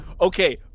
okay